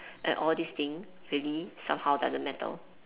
and all these thing really somehow doesn't matter